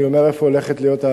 אני אומר איפה זה הולך להיות,